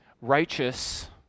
righteous